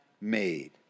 made